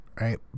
right